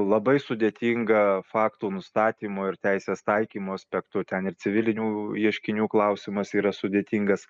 labai sudėtinga faktų nustatymo ir teisės taikymo aspektu ten ir civilinių ieškinių klausimas yra sudėtingas